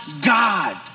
God